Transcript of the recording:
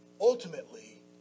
ultimately